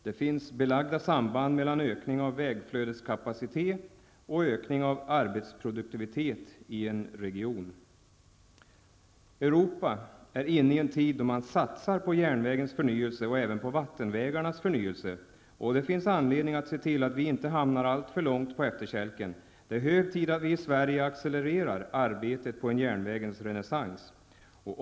Det finns belagda samband mellan ökning av vägflödeskapacitet och ökning av arbetsproduktivitet i en region. Europa är inne i en tid då man satsar på järnvägens förnyelse och även på vattenvägarnas förnyelse. Det finns anledning att se till att vi inte hamnar alltför långt på efterkälken. Det är hög tid att vi i Sverige accelererar arbetet på en järnvägens renässans.